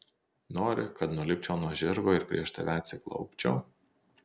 nori kad nulipčiau nuo žirgo ir prieš tave atsiklaupčiau